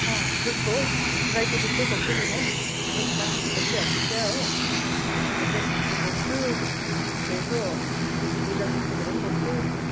अँ दुधको हौ गाईको दुधकै बोक्छु नि म एक फ्लास्क बोकिहाल्छु चिया हो अन्त सेलरोटी बोक्छु अन्त यसो भुजा बिस्किटहरू पनि बोक्छु